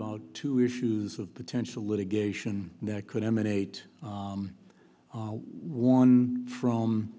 about two issues of potential litigation that could emanate one from